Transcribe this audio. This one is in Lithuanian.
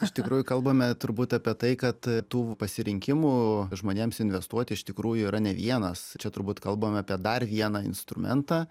iš tikrųjų kalbame turbūt apie tai kad e tų pasirinkimų žmonėms investuoti iš tikrųjų yra ne vienas čia turbūt kalbam apie dar vieną instrumentą